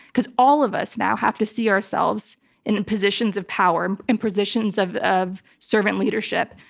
because all of us now have to see ourselves in positions of power, in positions of of servant leadership.